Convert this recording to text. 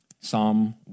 Psalm